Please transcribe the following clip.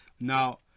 Now